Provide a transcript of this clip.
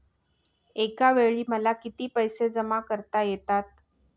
एकावेळी मला किती पैसे जमा करता येतात?